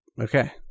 Okay